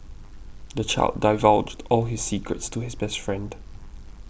the child divulged all his secrets to his best friend